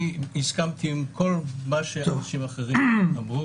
הסכמתי עם כל מה שהאנשים האחרים אמרו